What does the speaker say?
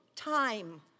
Time